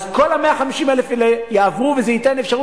אז כל ה-150,000 האלה יעברו,